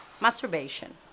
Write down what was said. masturbation